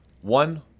One